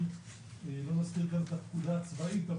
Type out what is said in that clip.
לא נזכיר כאן את הפקודה הצבאית,